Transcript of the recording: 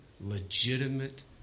legitimate